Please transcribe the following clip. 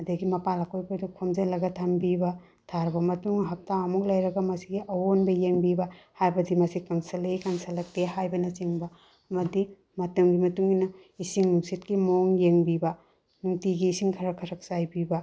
ꯑꯗꯨꯗꯒꯤ ꯃꯄꯥꯜ ꯑꯀꯣꯏꯕꯗꯣ ꯈꯣꯝꯖꯜꯂꯒ ꯊꯝꯕꯤꯕ ꯊꯥꯔꯕ ꯃꯇꯨꯡ ꯍꯞꯇꯥ ꯑꯃꯨꯛ ꯂꯩꯔꯒ ꯃꯁꯤꯒꯤ ꯑꯑꯣꯟꯕ ꯌꯦꯡꯕꯤꯕ ꯍꯥꯏꯕꯗꯤ ꯃꯁꯤ ꯀꯪꯁꯤꯜꯂꯛꯏ ꯀꯪꯁꯤꯜꯂꯛꯇꯦ ꯍꯥꯏꯕꯅꯆꯤꯡꯕ ꯑꯃꯗꯤ ꯃꯇꯝꯒꯤ ꯃꯇꯨꯡꯏꯟꯅ ꯏꯁꯤꯡ ꯅꯨꯡꯁꯤꯠꯀꯤ ꯃꯑꯣꯡ ꯌꯦꯡꯕꯤꯕ ꯅꯨꯡꯇꯤꯒꯤ ꯏꯁꯤꯡ ꯈꯔ ꯈꯔ ꯆꯥꯏꯕꯤꯕ